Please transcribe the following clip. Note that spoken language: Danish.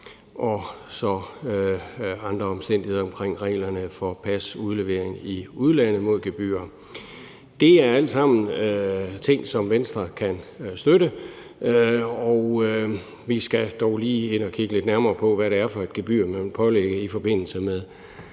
og så andre omstændigheder omkring reglerne for pasudlevering i udlandet mod gebyr. Det er alt sammen ting, som Venstre kan støtte. Vi skal dog lige ind og kigge lidt nærmere på, hvad det er for et gebyr, man vil pålægge i forbindelse med